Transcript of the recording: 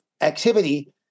activity